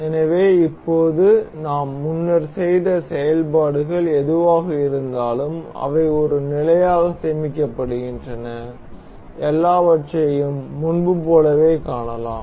எனவே இப்போது நாம் முன்னர் செய்த செயல்பாடுகள் எதுவாக இருந்தாலும் அவை ஒரு நிலையாக சேமிக்கப்படுகின்றன எல்லாவற்றையும் முன்பு போலவே காணலாம்